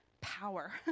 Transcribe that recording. power